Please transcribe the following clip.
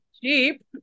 cheap